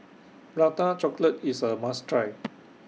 Prata Chocolate IS A must Try